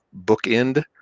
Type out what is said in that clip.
bookend